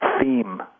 theme